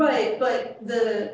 right but the